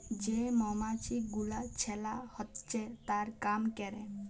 যে মমাছি গুলা ছেলা হচ্যে আর কাম ক্যরে